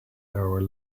our